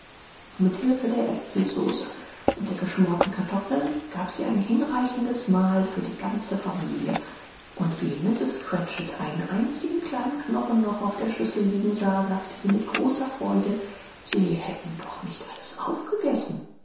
mit hilfe der aepfelsauce und der geschmorten kartoffeln gab sie ein hinreichendes mahl für die ganze familie und wie mrs cratchit einen einzigen kleinen knochen noch auf der schüssel liegen sah sagte sie mit großer freude sie hätten doch nicht alles aufgegessen